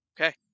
Okay